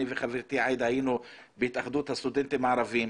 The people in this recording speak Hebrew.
אני וחברתי עאידה היינו בהתאחדות הסטודנטים הערבים,